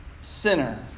sinner